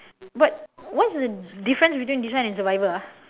but what is the difference between this one and survivor ah